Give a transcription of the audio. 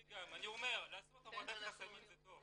אני אומר, לעשות הורדת חסמים זה טוב.